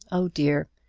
oh, dear!